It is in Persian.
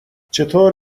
چطور